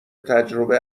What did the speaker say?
تجربه